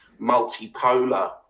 multipolar